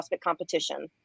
competition